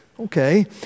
Okay